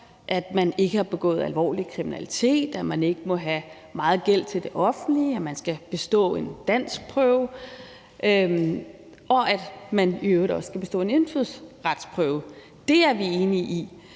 at man ikke har begået alvorlig kriminalitet, at man ikke må have meget gæld til det offentlige, at man skal bestå en danskprøve, og at man i øvrigt også skal bestå en indfødsretsprøve. Det er vi enige i.